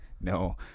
No